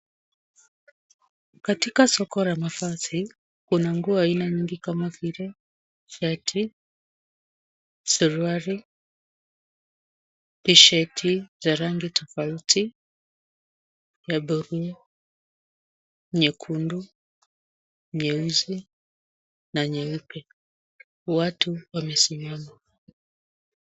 Katika soko la mavazi, kuna nguo aina nyingi kama vile shati, suruali , tisheti za rangi tofauti, ya buluu , nyeundu, nyeusi na nyeupe. Watu wamesimama.